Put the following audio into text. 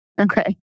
Okay